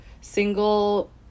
single